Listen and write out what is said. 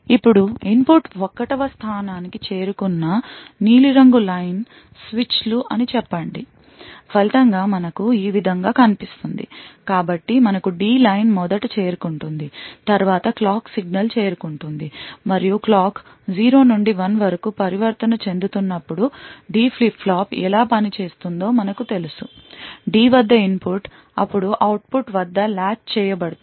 ఇప్పుడు ఇన్పుట్ 1 వ స్థానానికి చేరుకున్న నీలిరంగు లైన్ స్విచ్లు అని చెప్పండి ఫలితంగా మనకు ఈ విధంగా కనిపిస్తుంది కాబట్టి మనకు D లైన్ మొదట చేరుకుంటుంది తరువాత క్లాక్ సిగ్నల్ చేరుకుంటుంది మరియు క్లాక్ 0 నుండి 1 వరకు పరివర్తన చెందుతున్నప్పుడు D ఫ్లిప్ ఫ్లాప్ ఎలా పనిచేస్తుందో మనకు తెలుసు D వద్ద ఇన్పుట్ అప్పుడు అవుట్పుట్ వద్ద లాచ్ చేయబడుతుంది